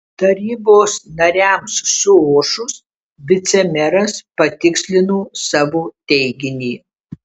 tarybos nariams suošus vicemeras patikslino savo teiginį